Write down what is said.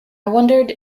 wondered